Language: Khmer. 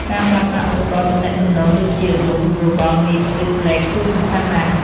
ការប្រើប្រាស់ឧបករណ៍ទំនាក់ទំនងដូចជា Zoom, Google Meet ឬ Slack គឺសំខាន់ណាស់។